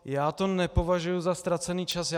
Já to nepovažuji za ztracený čas.